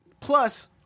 plus